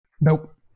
nope